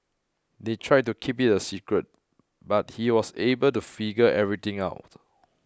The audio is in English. they tried to keep it a secret but he was able to figure everything out